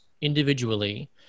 individually